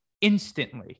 instantly